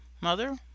mother